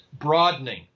broadening